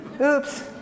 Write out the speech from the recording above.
Oops